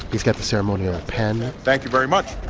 he's got the ceremonial pen thank you very much.